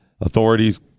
authorities